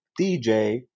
DJ